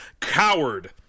coward